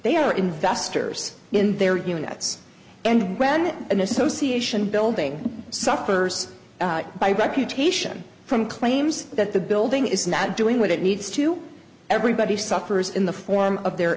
they are investors in their units and when an association building suffers by reputation from claims that the building is not doing what it needs to everybody suffers in the form of their